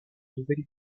nouvelle